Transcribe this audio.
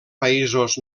països